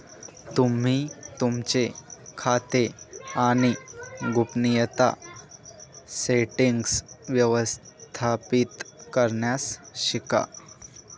तुम्ही तुमचे खाते आणि गोपनीयता सेटीन्ग्स व्यवस्थापित करण्यास शिका